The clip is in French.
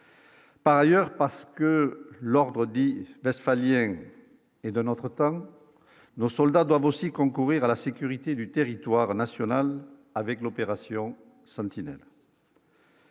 Par ailleurs, parce que l'ordre dit BASF et de notre temps, nos soldats doivent aussi concourir à la sécurité du territoire national, avec l'opération Sentinelle.